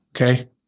okay